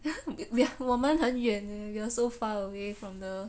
we are 我们很远 leh we are so far away from the